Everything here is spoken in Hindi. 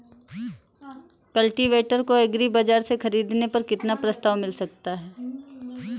कल्टीवेटर को एग्री बाजार से ख़रीदने पर कितना प्रस्ताव मिल सकता है?